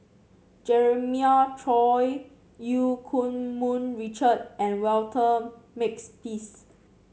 Jeremiah Choy Eu Keng Mun Richard and Walter Makepeace